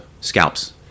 scalps